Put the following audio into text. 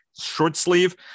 Shortsleeve